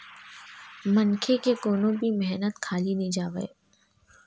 मनखे के कोनो भी मेहनत खाली नइ जावय